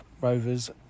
Rovers